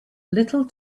little